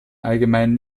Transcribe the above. allgemein